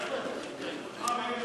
התשע"א 2011, להצעה לסדר-היום